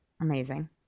Amazing